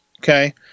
Okay